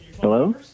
Hello